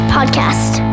Podcast